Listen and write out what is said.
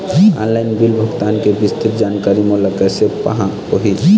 Online bill भुगतान के विस्तृत जानकारी मोला कैसे पाहां होही?